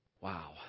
wow